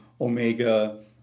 Omega